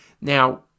Now